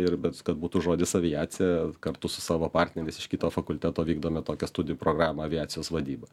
ir bet kad būtų žodis aviacija kartu su savo partneriais iš kito fakulteto vykdome tokią studijų programą aviacijos vadyba